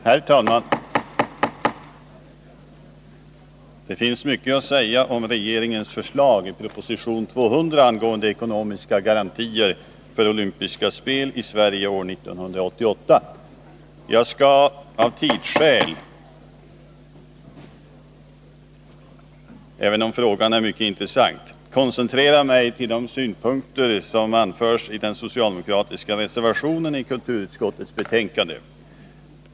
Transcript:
Herr talman! Det finns mycket att säga om regeringens förslag i proposition 200 angående ekonomiska garantier för olympiska spel i Sverige år 1988. Jag skall av tidsskäl — även om frågan är mycket intressant — koncentrera mig till de synpunkter som anförs i den socialdemokratiska reservationen i kulturutskottets betänkande.